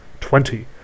twenty